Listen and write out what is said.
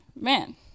man